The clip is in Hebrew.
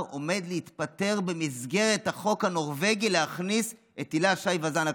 עומד להתפטר במסגרת החוק הנורבגי ולהכניס את הילה שי וזאן לכנסת.